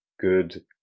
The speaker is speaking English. good